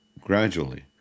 gradually